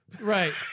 Right